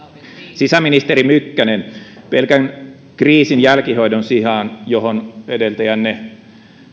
sisäministeri mykkänen pelkän kriisin jälkihoidon sijaan johon edeltäjänne